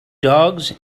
dogs